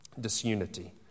disunity